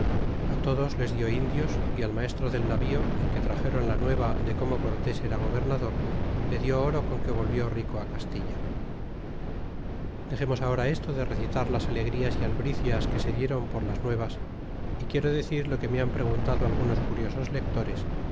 todos les dió indios y al maestro del navío en que traxéron la nueva de como cortés era gobernador le dió oro con que volvió rico castilla dexemos ahora esto de recitar las alegrías y albricias que se dieron por las nuevas y quiero decir lo que me han preguntado algunos curiosos lectores